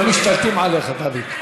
לא משתלטים עליך, דוד.